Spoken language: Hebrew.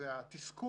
והתסכול